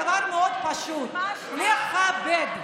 כל הכבוד.